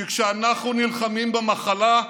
כי כשאנחנו נלחמים במחלה,